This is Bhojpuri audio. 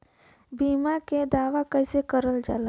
बीमा के दावा कैसे करल जाला?